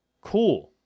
Cool